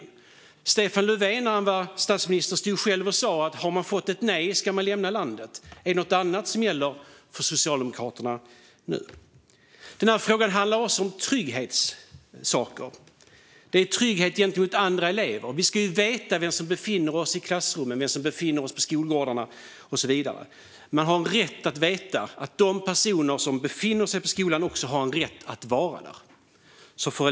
När Stefan Löfven var statsminister sa han att om man har fått ett nej ska man lämna landet. Är det något annat som gäller för Socialdemokraterna nu? Denna fråga handlar också om trygghet för elever, föräldrar och lärare. De ska veta vem som befinner sig i klassrummen och på skolgårdarna. De har rätt att veta att de personer som befinner sig på skolan också har rätt att vara där.